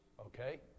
okay